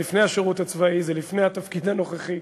לפני התפקיד הנוכחי,